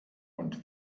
und